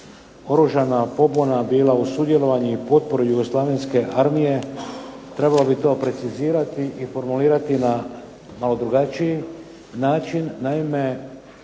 oružana pobuna bila uz sudjelovanje i potporu jugoslavenske armije trebalo bi to precizirati i formulirati na malo drugačiji način. Naime,